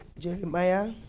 Jeremiah